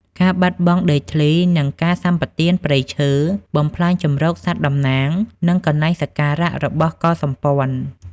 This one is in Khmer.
ការបាត់បង់ដីធ្លី និងការសម្បទានព្រៃឈើ បំផ្លាញជម្រកសត្វតំណាង និងកន្លែងសក្ការៈរបស់កុលសម្ព័ន្ធ។